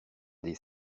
des